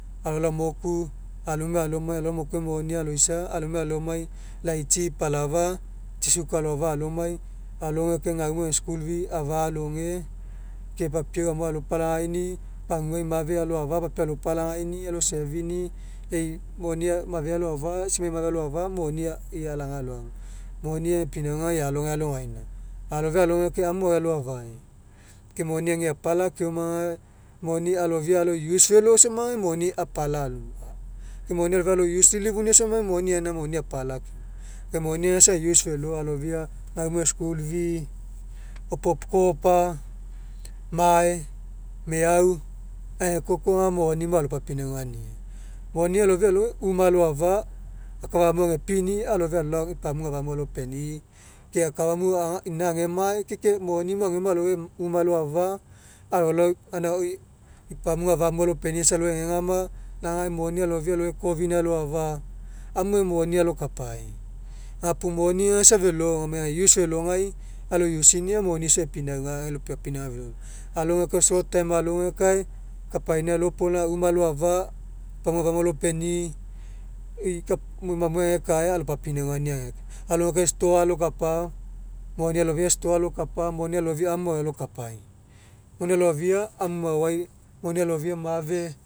Gapuo isa ega laomai felo ke emai lai aunimai agu safa ega laomai felo lau aunimai alaoamai aunimai apea alao apinauga kapaina akapai isa safa lau inau epalagaina epinauga kapaina ekapa puo gapuo laisa anina lani puo lai aunimai amia lai aunimai ague. Ke usa ega laomai aga felopauma lai aunimai ke lau famili alogai isa ega laomai sharing papiega ke isa help papiega papiau epalagaini'i puo isa anina lani tsiapu eikua amu maoai ekapai eifea pinauga ekapa. Lau una lalao koa isa eagu imega epaguau lamai tsi ekapa lainu foama egakuga lania kapa maoai ekapai puo lau isa anina lani lakafania aunimai ague. Ke isa ega laomai felo aga isa inae papiau isa safa kelou agemo isa eague maga mo elao emai ke mink feloi epipeni megamega niniani eifani'i kapa maoai ekapai epipalagai lai aunimai ague ke isa safa ga laomai aga felo pauma puo isa epalagainiau. Aumai ague famili aima lai aunai ague lai emai opopo maoai aga isa famili aima lamai megamega elao emai kapaina ekapa isa megamega papiega ke youth'ai elao emai mini felo papiega puo lai aunimai agu felo alogaina ague ke isa age